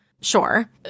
Sure